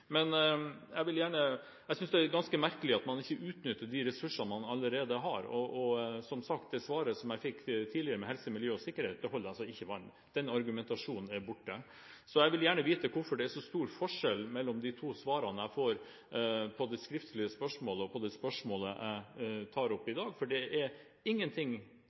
er ganske merkelig at man ikke utnytter de ressursene man allerede har. Det svaret jeg fikk tidligere når det gjelder helse, miljø og sikkerhet, holder som sagt ikke vann. Den argumentasjonen er borte. Jeg vil gjerne vite hvorfor det er så stor forskjell mellom det svaret jeg fikk på det skriftlige spørsmålet og det spørsmålet jeg tar opp i dag, for det er